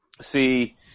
See